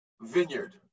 vineyard